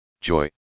Joy